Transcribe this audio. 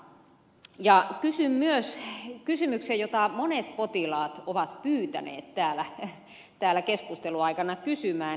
kysyn myös kysymyksen jota monet potilaat ovat pyytäneet täällä keskustelun aikana kysymään